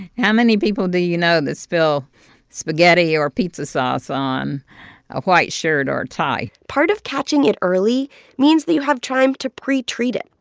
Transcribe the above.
how many people do you know and that spill spaghetti or pizza sauce on a white shirt or tie? part of catching it early means that you have time to pretreat it.